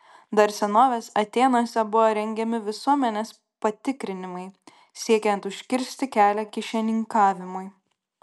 dar senovės atėnuose buvo rengiami visuomenės patikrinimai siekiant užkirsti kelią kyšininkavimui